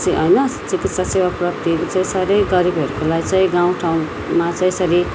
होइन चिकित्सा सेवा प्राप्तिहरू साह्रै गरिबहरूको लागि चाहिँ गाउँ ठाउँमा चाहिँ यसरी